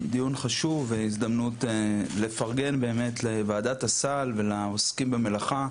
דיון חשוב והזדמנות לפרגן באמת לוועדת הסל ולעוסקים במלאכה,